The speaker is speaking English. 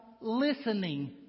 listening